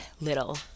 little